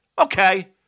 Okay